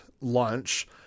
lunch